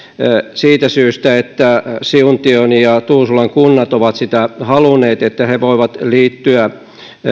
siitä syystä että siuntion ja tuusulan kunnat ovat halunneet että ne voivat liittyä